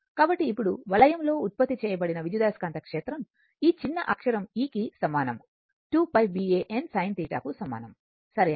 కాబట్టి ఇప్పుడు వలయము లో ఉత్పత్తి చేయబడిన విద్యుదయస్కాంత క్షేత్రం ఈ చిన్న అక్షరం e కి సమానం 2 π B A n sin θ కు సమానం సరియైనది